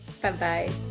Bye-bye